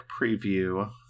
preview